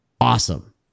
awesome